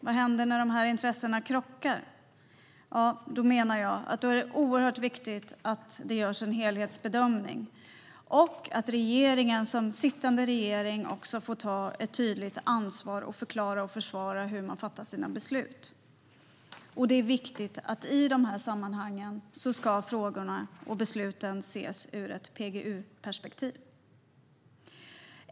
Vad händer när intressena krockar? Jag menar att det är oerhört viktigt att det görs en helhetsbedömning och att regeringen som sittande regering får ta ett tydligt ansvar och förklara och försvara hur man fattar sina beslut. Det är viktigt att frågorna och besluten i dessa sammanhang ses i ett PGU-perspektiv.